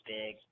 big